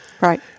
right